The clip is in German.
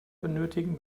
benötigen